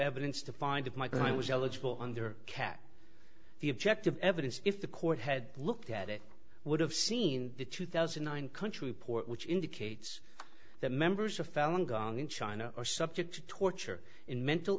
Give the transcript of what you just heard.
evidence to find my client was eligible under cat the objective evidence if the court had looked at it would have seen the two thousand and nine country report which indicates that members of falun gong in china are subject to torture in mental